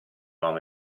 uomo